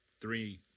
three